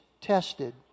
tested